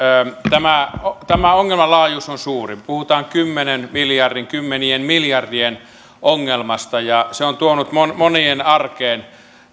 tämä tämä ongelman laajuus on suuri puhutaan kymmenen miljardin kymmenien miljardien ongelmasta ja se on tuonut monien arkeen